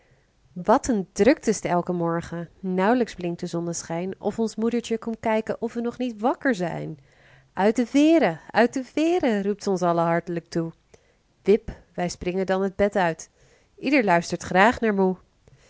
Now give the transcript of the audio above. wat een drukte is t elken morgen nauw'lijks blinkt de zonneschijn of ons moedertje komt kijken of we nog niet wakker zijn uit de veeren uit de veeren roept ze ons allen hart'lijk toe wip wij springen dan het bed uit ieder luistert graag naar moe